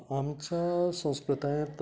आमच्या संस्कृतायेंत